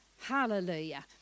Hallelujah